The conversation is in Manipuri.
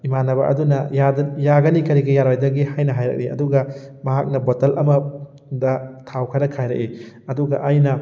ꯏꯃꯥꯟꯅꯕ ꯑꯗꯨꯅ ꯌꯥꯒꯅꯤ ꯀꯔꯤꯒꯤ ꯌꯥꯔꯣꯏꯗꯒꯦ ꯍꯥꯏꯅ ꯍꯥꯏꯔꯛꯏ ꯑꯗꯨꯒ ꯃꯍꯥꯛꯅ ꯕꯣꯇꯜ ꯑꯃꯗ ꯊꯥꯎ ꯈꯔ ꯈꯥꯏꯔꯛꯏ ꯑꯗꯨꯒ ꯑꯩꯅ